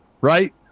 Right